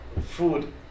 food